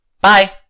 Bye